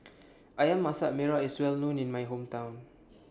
Ayam Masak Merah IS Well known in My Hometown